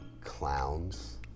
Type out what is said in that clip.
clowns